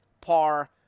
par